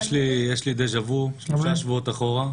יש לי דה-ז'ה-וו שלושה שבועות אחורה.